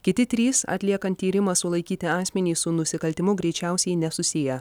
kiti trys atliekant tyrimą sulaikyti asmenys su nusikaltimu greičiausiai nesusiję